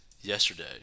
yesterday